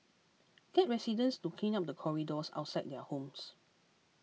get residents to clean up the corridors outside their homes